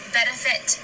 benefit